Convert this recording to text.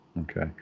okay